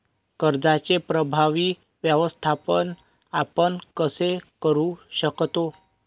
कर्जाचे प्रभावी व्यवस्थापन आपण कसे करु शकतो?